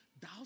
thou